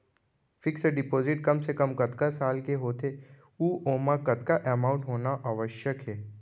Fix deposit कम से कम कतका साल के होथे ऊ ओमा कतका अमाउंट होना आवश्यक हे?